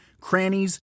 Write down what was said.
crannies